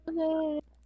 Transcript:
Okay